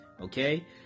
okay